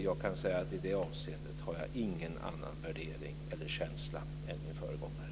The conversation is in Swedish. Jag kan säga att jag i det avseendet inte har någon annan värdering eller känsla än min föregångare.